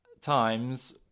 times